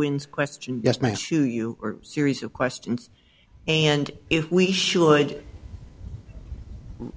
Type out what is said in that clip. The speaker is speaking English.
wins question just makes you you series of questions and if we should